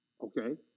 okay